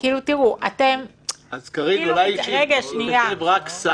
כמו שדיברנו,